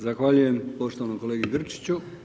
Zahvaljujem poštovanom kolegi Grčiću.